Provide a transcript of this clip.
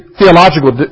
theological